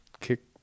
kick